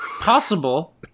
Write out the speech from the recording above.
possible